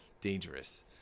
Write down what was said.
dangerous